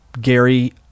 Gary